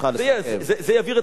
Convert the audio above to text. זה יבעיר את המזרח התיכון?